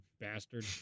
bastard